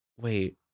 wait